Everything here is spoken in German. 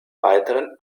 weiteren